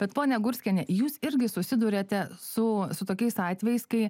bet ponia gurskiene jūs irgi susiduriate su su tokiais atvejais kai